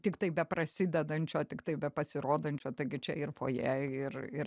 tiktai beprasidedančio tiktai bepasirodančio taigi čia ir fojė ir ir